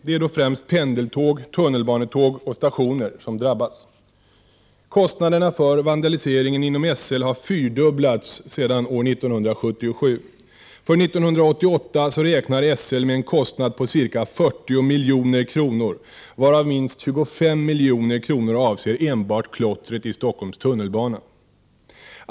Det är då främst pendeltåg, tunnelbanetåg och stationer som drabbas. Kostnaderna för vandaliseringen inom SL har fyrdubblats sedan år 1977. För 1988 räknar SL med en kostnad på ca 40 milj.kr., varav minst 25 milj.kr. avser enbart klottret i Stockholms tunnelbana.